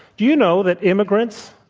you know that immigrants,